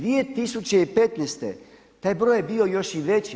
2015. taj broj je bio još i veći.